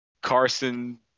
Carson